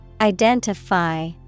Identify